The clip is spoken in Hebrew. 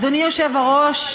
אדוני היושב-ראש,